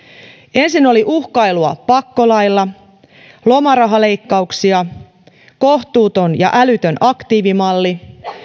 ensin oli uhkailua pakkolaeilla lomarahaleikkauksia kohtuuton ja älytön aktiivimalli